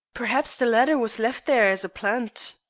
perhaps the letter was left there as a plant.